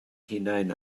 hunain